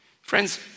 Friends